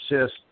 assist